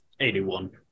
81